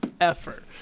effort